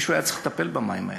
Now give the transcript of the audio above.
מישהו היה צריך לטפל במים האלה.